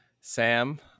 Sam